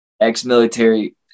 ex-military